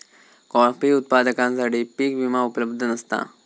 coffee उत्पादकांसाठी पीक विमा उपलब्ध नसता